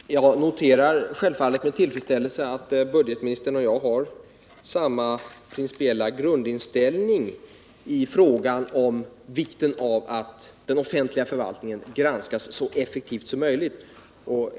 Herr talman! Jag noterar självfallet med tillfredsställelse att budgetministern och jag har samma principiella grundinställning i fråga om vikten av att den offentliga förvaltningen granskas så effektivt som möjligt.